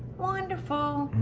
wonderful.